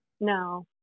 No